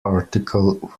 article